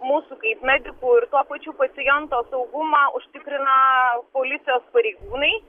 mūsų kaip medikų ir tuo pačiu paciento saugumą užtikrina policijos pareigūnai